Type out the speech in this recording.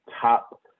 top